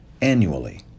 annually